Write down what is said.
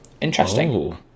interesting